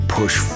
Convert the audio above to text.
push